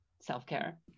self-care